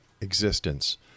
existence